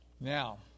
Now